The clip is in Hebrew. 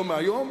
לא מהיום,